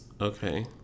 Okay